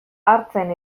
hartzen